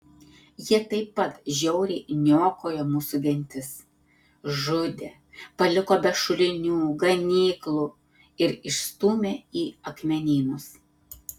jie taip pat žiauriai niokojo mūsų gentis žudė paliko be šulinių ganyklų ir išstūmė į akmenynus